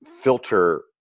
filter